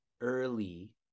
early